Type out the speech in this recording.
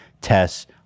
tests